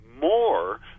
more